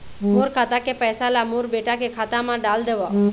मोर खाता के पैसा ला मोर बेटा के खाता मा डाल देव?